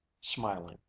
smiling